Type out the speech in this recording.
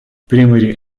primary